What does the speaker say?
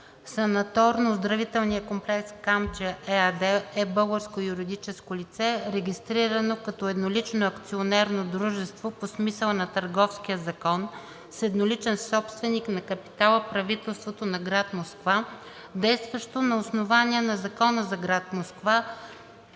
Санаторно-оздравителният комплекс „Камчия“ ЕАД е българско юридическо лице, регистрирано като еднолично акционерно дружество по смисъла на Търговския закон, с едноличен собственик на капитала – правителството на град Москва, действащо на основание на закона за град Москва